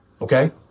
okay